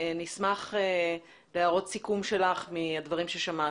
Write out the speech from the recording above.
נשמח להערות סיכום שלך מהדברים ששמעת.